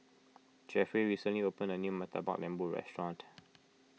Jeffrey recently opened a new Murtabak Lembu restaurant